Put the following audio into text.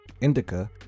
Indica